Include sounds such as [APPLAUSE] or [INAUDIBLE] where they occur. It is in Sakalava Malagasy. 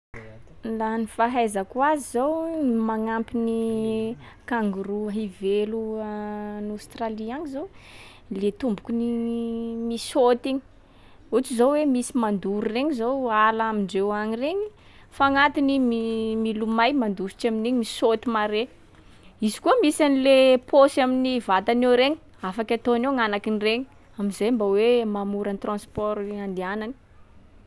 Laha ny fahaizako azy zao, ny magnampy ny kangourou hivelo [HESITATION] any Australie agny zao, le tombokony iny misaoty igny. Ohatsy zao hoe misy mandoro regny zao ala amindreo agny regny i, fa agnatiny mi- milomay mandositsy amin’iny, misaoty mare. Izy koa misy an’le paosy amin’ny vatany eo regny, afaky ataony ao gn'agnakin’regny. Am’zay mba hoe mahamora ny transport i- andehanany.